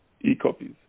e-copies